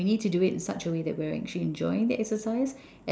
and we need to do it in such a way that we are actually enjoying the exercise